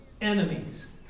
enemies